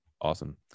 Awesome